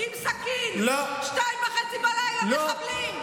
עם סכין, 02:30, מחבלים.